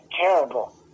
terrible